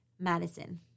Madison